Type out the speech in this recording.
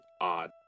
odd